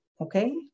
okay